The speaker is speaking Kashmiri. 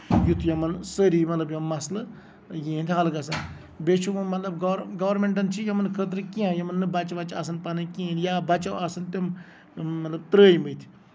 یُتھ یِمن سٲری یِمن یِم مَسلہٕ یِہندۍ حل گژھان بیٚیہِ چھُ یِمن مطلب گوٚرمینٹَن چھُ یِمن خٲطرٕ کیٚنٛہہ یِمن نہٕ بَچہٕ وَچہٕ آسان پَنٕنۍ کِہینۍ یا بَچو آسان تِم مطلب ترٲومٕتۍ